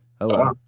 hello